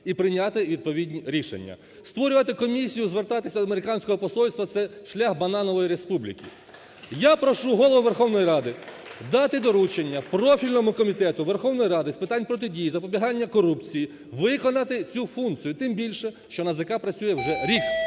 і прийняти відповідні рішення. Створювати комісію, звертатися до американського посольства це шлях "бананової республіки". Я прошу Голову Верховної Ради дати доручення профільному Комітету Верховної Ради з питань протидії і запобігання корупції виконати цю функцію. Тим більше, що НАЗК працює вже рік.